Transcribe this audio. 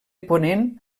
ponent